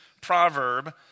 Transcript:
proverb